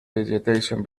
vegetation